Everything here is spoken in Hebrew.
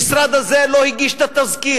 המשרד הזה לא הגיש את התזכיר,